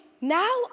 now